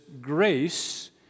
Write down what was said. grace